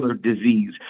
disease